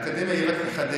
האקדמיה מאשרת את זה?